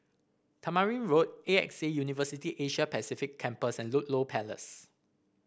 Tamarind Road A X A University Asia Pacific Campus and Ludlow Place